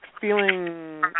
feeling